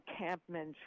encampment